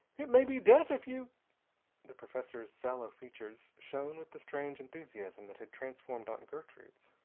it may be death if you the professor's sallow features shone with the strange enthusiasm that had transformed aunt gertrude's.